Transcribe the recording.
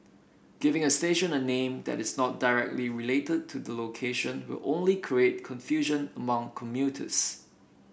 giving a station a name that is not directly related to the location will only create confusion among commuters